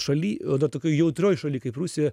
šaly o dar tokioj jautrioj šaly kaip rusija